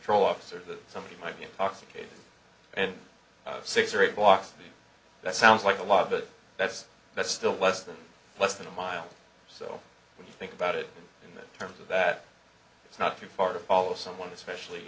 troll officer that somebody might be intoxicated and six or eight blocks that sounds like a lot but that's that's still less than less than a mile so when you think about it in terms of that it's not too far to follow someone especially